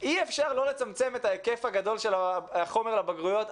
אי אפשר לא לצמצם את ההיקף הגדול של החומר לבגרויות,